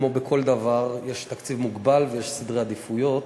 כמו בכל דבר יש תקציב מוגבל ויש סדרי עדיפויות,